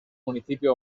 municipio